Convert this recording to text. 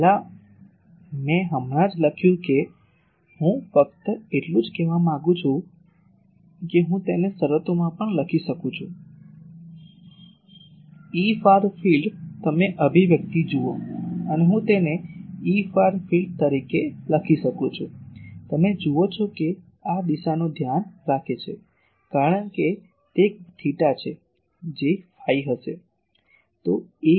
હવે પહેલાં મેં હમણાં જ લખ્યું છે હું ફક્ત એટલું જ કહેવા માંગુ છું કે હું તેને શરતોમાં પણ લખી શકું છું Efar field તમે અભિવ્યક્તિ જુઓ અને હું તેને Efar field તરીકે લખી શકું છું તમે જુઓ છો કે આ દિશાનું ધ્યાન રાખે છે કારણ કે તે એક થેટા છે જે ફાઈ હશે